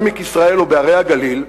בעמק יזרעאל או בהרי הגליל,